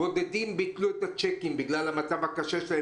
בודדים ביטלו את הצ'קים בגלל המצב הקשה שהם